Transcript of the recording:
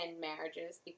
marriages